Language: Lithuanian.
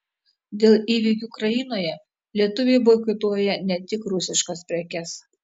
dėl įvykių ukrainoje lietuviai boikotuoja ne tik rusiškas prekes